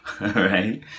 Right